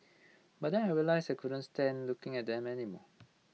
but then I realize I couldn't stand looking at them anymore